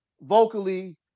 vocally